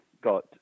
got